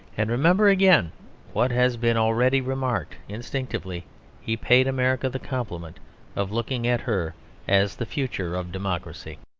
and remember again what has been already remarked instinctively he paid america the compliment of looking at her as the future of democracy.